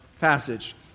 passage